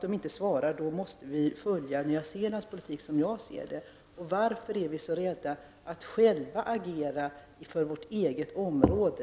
Om vi inte får svar på frågan, måste vi följa samma politik som man gör i Nya Zeeland, som jag ser det. Varför är vi så rädda för att själva agera för vårt eget område?